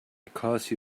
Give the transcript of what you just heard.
because